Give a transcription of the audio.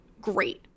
great